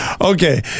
Okay